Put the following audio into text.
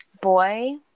Boy